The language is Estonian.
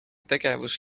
tegevus